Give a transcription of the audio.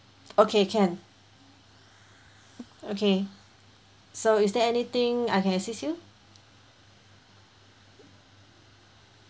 okay can okay so is there anything I can assist you